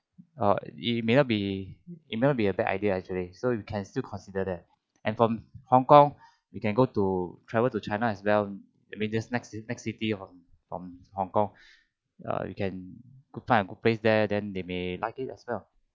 or it may not be it may be a bad idea actually so you can still consider there and from hong kong we can go to travel to china as well I mean just next next city from from hong kong err you can find a good place there then they may like it as well